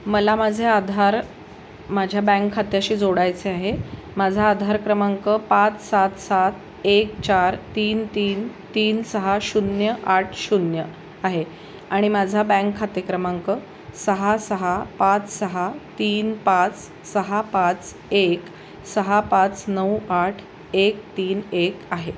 मला माझे आधार माझ्या बँक खात्याशी जोडायचे आहे माझा आधार क्रमांक पाच सात सात एक चार तीन तीन तीन सहा शून्य आट शून्य आहे आणि माझा बँक खाते क्रमांक सहा सहा पाच सहा तीन पाच सहा पाच एक सहा पाच नऊ आठ एक तीन एक आहे